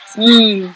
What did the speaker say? mm